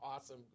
awesome